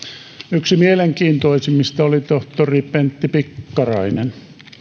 yksi mielenkiintoisimmista oli tohtori pentti pikkarainen